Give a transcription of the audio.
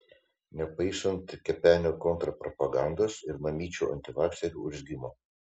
nepaisant kepenio kontrpropagandos ir mamyčių antivakserių urzgimo